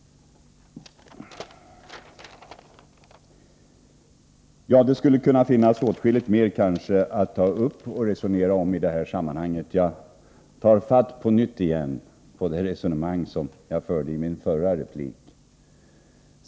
Det skulle kanske finnas åtskilligt mer att ta upp och resonera om i det här sammanhanget, men jag vill återvända till det resonemang som jag förde i min förra replik.